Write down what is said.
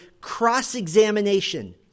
cross-examination